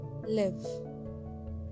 Live